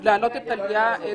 אז להעלות את טליה אדרי?